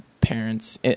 Parents